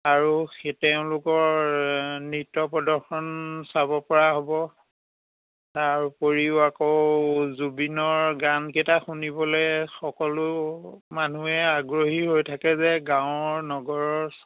আৰু সে তেওঁলোকৰ নৃত্য প্ৰদৰ্শন চাব পৰা হ'ব তাৰ উপৰিও আকৌ জুবিনৰ গান কেইটা শুনিবলৈ সকলো মানুহে আগ্ৰহী হৈ থাকে যে গাঁৱৰ নগৰৰ